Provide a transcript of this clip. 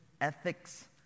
ethics